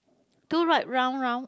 two right round round